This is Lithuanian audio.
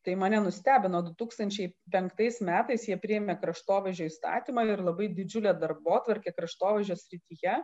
tai mane nustebino du tūkstančiai penktais metais jie priėmė kraštovaizdžio įstatymą ir labai didžiulę darbotvarkę kraštovaizdžio srityje